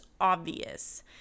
obvious